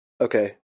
okay